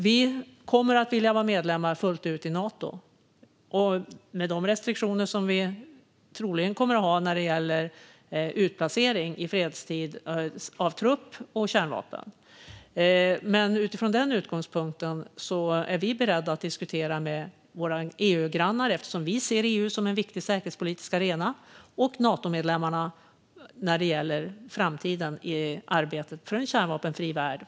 Vi kommer att vilja vara medlemmar i Nato fullt ut, med de restriktioner som vi troligen kommer att ha när det gäller utplacering av trupp och kärnvapen i fredstid. Med den utgångspunkten är vi beredda att diskutera med våra EU-grannar, eftersom vi ser EU som en viktig säkerhetspolitisk arena, och Natomedlemmarna när det gäller framtiden för arbetet för en kärnvapenfri värld.